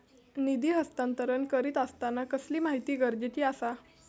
निधी हस्तांतरण करीत आसताना कसली माहिती गरजेची आसा?